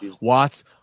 Watts